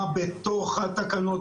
מה בתוך התקנות,